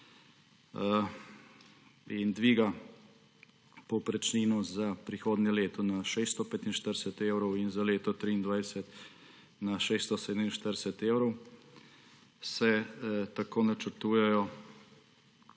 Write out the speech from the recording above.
in dviga povprečnine za prihodnje leto na 645 evrov in za leto 2023 na 647 evrov, se tako načrtujejo